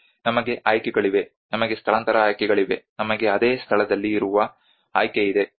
ನಮಗೆ ಆಯ್ಕೆಗಳಿವೆ ನಮಗೆ ಸ್ಥಳಾಂತರ ಆಯ್ಕೆಗಳಿವೆ ನಮಗೆ ಅದೇ ಸ್ಥಳದಲ್ಲಿ ಇರುವ ಆಯ್ಕೆ ಇದೆ